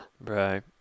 Right